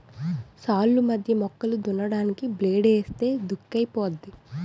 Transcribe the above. సాల్లు మధ్య మొక్కలు దున్నడానికి బ్లేడ్ ఏస్తే దుక్కైపోద్ది